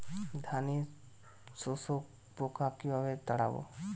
ধানে শোষক পোকা কিভাবে তাড়াব?